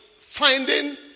finding